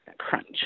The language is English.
crunch